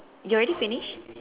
you already finish